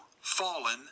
fallen